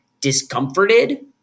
discomforted